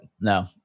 No